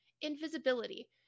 invisibility